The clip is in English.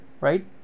right